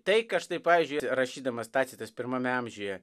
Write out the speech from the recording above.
tai štai pavyzdžiui rašydamas tacitas pirmame amžiuje